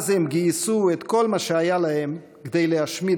אז הם גייסו את כל מה שהיה להם כדי להשמיד